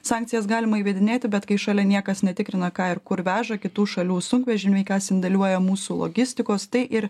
sankcijas galima įvedinėti bet kai šalia niekas netikrina ką ir kur veža kitų šalių sunkvežimių ką sandėliuoja mūsų logistikos tai ir